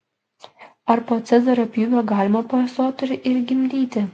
ar po cezario pjūvio galima pastoti ir gimdyti